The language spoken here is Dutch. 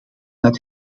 dat